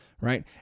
Right